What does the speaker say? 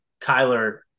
Kyler –